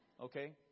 Okay